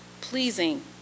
pleasing